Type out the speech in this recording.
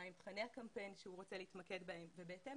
מה הם תכני הקמפיין שהוא רוצה להתמקד בהם ובהתאם